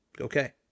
Okay